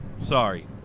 Sorry